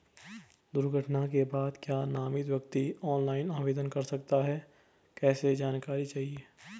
दुर्घटना के बाद क्या नामित व्यक्ति ऑनलाइन आवेदन कर सकता है कैसे जानकारी चाहिए?